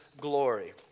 glory